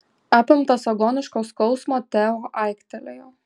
apimtas agoniško skausmo teo aiktelėjo